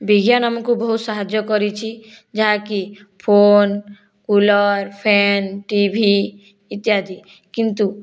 ବିଜ୍ଞାନ ଆମକୁ ବହୁତ ସାହାଯ୍ୟ କରିଛି ଯାହାକି ଫୋନ କୁଲର ଫ୍ୟାନ ଟିଭି ଇତ୍ୟାଦି କିନ୍ତୁ